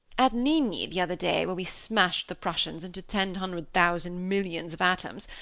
at ligny, the other day, where we smashed the prussians into ten hundred thousand milliards of atoms,